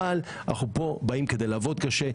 אבל אנחנו באים לפה כדי לעבוד קשה,